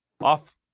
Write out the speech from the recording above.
Off